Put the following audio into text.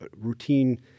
routine